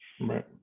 Right